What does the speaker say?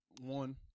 One